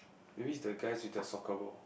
maybe it's the guys with the soccer ball